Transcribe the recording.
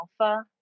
alpha